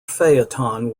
phaeton